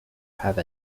have